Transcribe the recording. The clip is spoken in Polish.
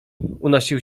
unosił